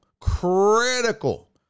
critical